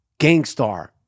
Gangstar